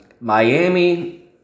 Miami